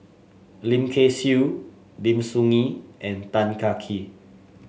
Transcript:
Lim Kay Siu Lim Soo Ngee and Tan Kah Kee